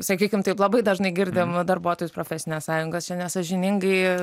sakykim taip labai dažnai girdim darbuotojus profesinės sąjungos čia nesąžiningai